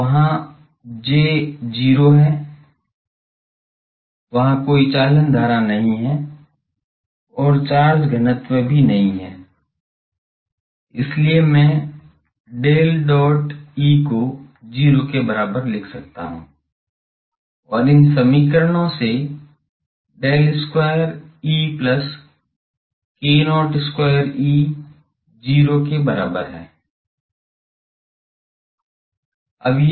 तो वहाँ J 0 है वहाँ कोई चालन धारा नहीं है और चार्ज घनत्व भी नहीं है इसलिए मैं del dot E को 0 के बराबर लिख सकता हूँ है और इन समीकरणों से del square E plus k0 square E 0 के बराबर है